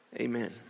Amen